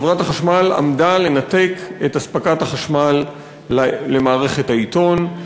חברת החשמל עמדה לנתק את אספקת החשמל למערכת העיתון.